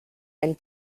and